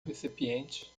recipiente